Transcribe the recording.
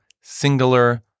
singular